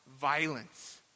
violence